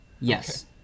Yes